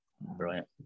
Brilliant